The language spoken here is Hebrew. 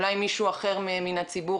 אולי מישהו אחר מהציבור?